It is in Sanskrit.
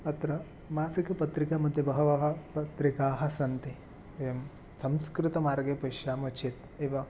अत्र मासिकपत्रिकामध्ये बहवः पत्रिकाः सन्ति अयं संस्कृतमार्गे पश्यामः चेत् एव